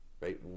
right